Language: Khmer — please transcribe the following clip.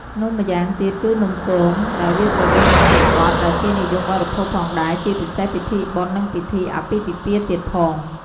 នំម្យ៉ាងទៀត គឺនំគម ដែលវាស្រដៀងនឹងនំបត់ ដែលគេនិយមបរិភោគផងដែរ ជាពិសេសពិធីបុណ្យ និងពីធីអាពាហ៍ពិពាហ៍ទៀតផង។